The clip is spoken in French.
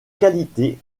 qualité